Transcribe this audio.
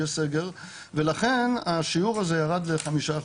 יש סגר ולכן השיעור הזה ירד ל-5%.